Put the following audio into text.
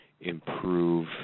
improve